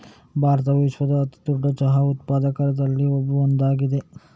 ಭಾರತವು ವಿಶ್ವದ ಅತಿ ದೊಡ್ಡ ಚಹಾ ಉತ್ಪಾದಕರಲ್ಲಿ ಒಂದಾಗಿದೆ